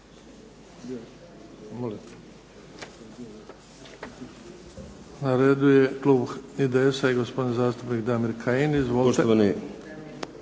Na redu je klub IDS-a i gospodin zastupnik Damir Kajin.